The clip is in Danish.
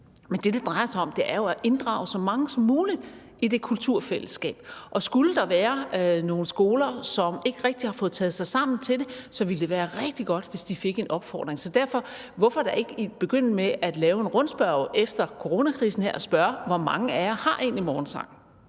Men det, det drejer sig om, er jo at inddrage så mange som muligt i det kulturfællesskab. Og skulle der være nogle skoler, som ikke rigtig har fået taget sig sammen til det, så ville det være rigtig godt, hvis de fik en opfordring. Så hvorfor da ikke begynde med at lave en rundspørge efter coronakrisen her og spørge: Hvor mange af jer har egentlig morgensang?